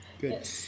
Good